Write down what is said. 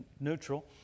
neutral